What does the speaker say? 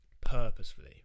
purposefully